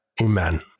Amen